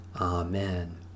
Amen